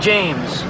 James